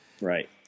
Right